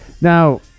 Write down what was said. Now